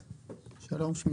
שלום,